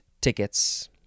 tickets